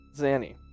Zanny